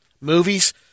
Movies